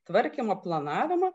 tvarkymo planavimą